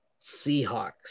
Seahawks